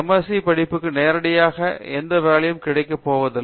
SC படிப்புக்கு நேரடியாக எந்த வேலையும் கிடைக்கப் போவதில்லை